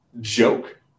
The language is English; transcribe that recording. joke